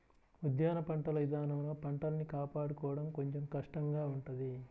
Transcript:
ఉద్యాన పంటల ఇదానంలో పంటల్ని కాపాడుకోడం కొంచెం కష్టంగా ఉంటది